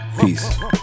Peace